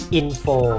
info